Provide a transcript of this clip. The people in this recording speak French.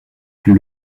plus